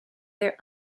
their